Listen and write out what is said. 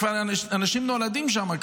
כבר אנשים נולדים שם,